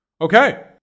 okay